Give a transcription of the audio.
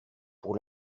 pour